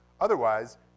Otherwise